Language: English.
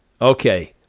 Okay